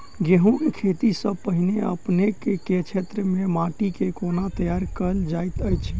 गेंहूँ केँ खेती सँ पहिने अपनेक केँ क्षेत्र मे माटि केँ कोना तैयार काल जाइत अछि?